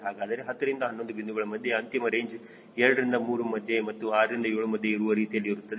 ಹಾಗಾದರೆ 10 ರಿಂದ 11 ಬಿಂದುಗಳ ಮಧ್ಯೆ ಅಂತಿಮ ರೇಂಜ್ 2 ರಿಂದ 3 ಮಧ್ಯೆ ಮತ್ತು 6 ರಿಂದ 7 ಮಧ್ಯೆ ಇರುವ ರೀತಿಯಲ್ಲಿ ಇರುತ್ತದೆ